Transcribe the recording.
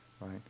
right